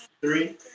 Three